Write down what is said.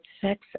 sex